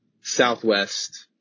Southwest